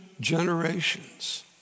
generations